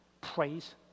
praise